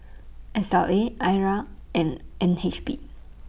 S L A I R and N H B